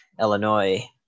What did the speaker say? Illinois